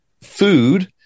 food